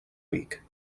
week